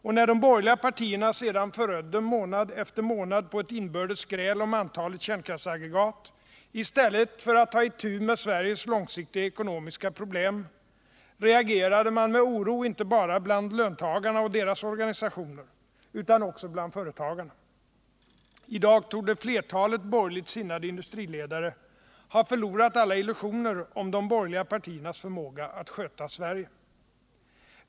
Och när de borgerliga partierna sedan förödde månad efter månad på ett inbördes gräl om antalet kärnkraftsaggregat i stället för att ta itu med Sveriges långsiktiga ekonomiska problem, reagerade man med oro inte bara bland löntagarna och deras organisationer utan också bland företagarna. I dag torde flertalet borgerligt sinnade industriledare ha förlorat alla illusioner om de borgerliga partiernas förmåga att sköta Sverige.